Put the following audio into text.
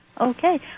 Okay